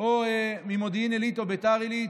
או ממודיעין עילית או ביתר עילית,